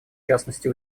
частности